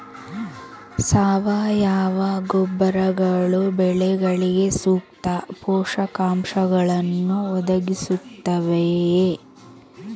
ಸಾವಯವ ಗೊಬ್ಬರಗಳು ಬೆಳೆಗಳಿಗೆ ಸೂಕ್ತ ಪೋಷಕಾಂಶಗಳನ್ನು ಒದಗಿಸುತ್ತವೆಯೇ?